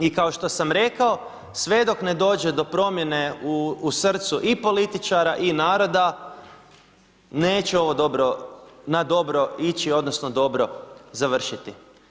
I kao što sam rekao sve dok ne dođe do promjene u srcu i političara i naroda neće ovo dobro, na dobro ići odnosno dobro završiti.